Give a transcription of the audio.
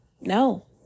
No